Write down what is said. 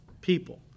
people